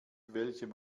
welchem